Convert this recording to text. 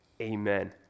amen